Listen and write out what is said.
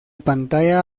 pantalla